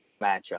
matchup